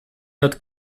not